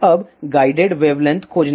अब guided wavelength खोजने के लिए